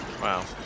Wow